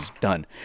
Done